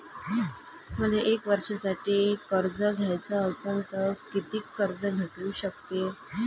मले एक वर्षासाठी कर्ज घ्याचं असनं त कितीक कर्ज भेटू शकते?